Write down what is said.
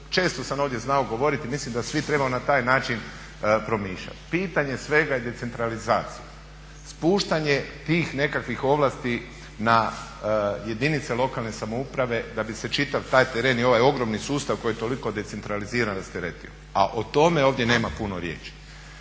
često sam ovdje znao govoriti. Mislim da svi trebamo na taj način promišljati. Pitanje svega je decentralizacija, spuštanje tih nekakvih ovlasti na jedinice lokalne samouprave da bi se čitav taj teren i ovaj ogromni sustav koji je toliko decentraliziran rasteretio, a o tome ovdje nema puno riječi.